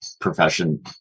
profession